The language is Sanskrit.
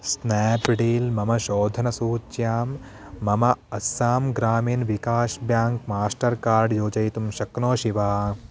स्नाप् डील् मम शोधनसूच्यां मम Assam Gramin Vikash Bank Mastercard योजयितुं शक्नोषि वा